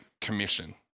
commission